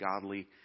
godly